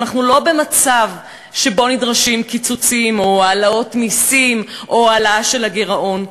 אנחנו לא במצב שבו נדרשים קיצוצים או העלאות מסים או העלאה של הגירעון.